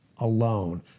alone